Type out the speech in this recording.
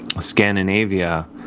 Scandinavia